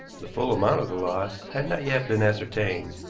the full amount of the loss had not yet been ascertained,